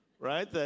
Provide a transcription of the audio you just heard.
right